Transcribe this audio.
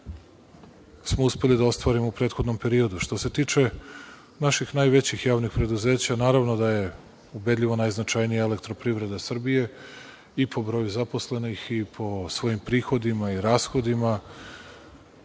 smo uspeli da ostvarimo u prethodnom periodu. Što se tiče naših najvećih javnih preduzeća, naravno da je ubedljivo najznačajnija „Elektroprivreda Srbije“ i po broju zaposlenih i po svojim prihodima i rashodima.